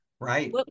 Right